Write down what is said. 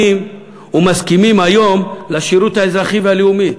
ומסכימים היום לשירות האזרחי והלאומי.